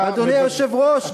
אדוני היושב-ראש,